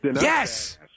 Yes